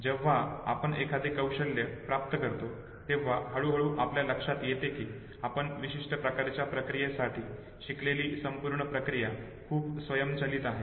जेव्हा आपण एखादे कौशल्य प्राप्त करतो तेव्हा हळूहळू आपल्या लक्षात येते की आपण विशिष्ट प्रकारच्या प्रक्रियेसाठी शिकलेली संपूर्ण प्रक्रिया खूप स्वयंचलित आहे